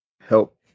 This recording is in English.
help